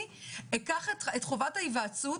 אני אקח את חובת ההיוועצות,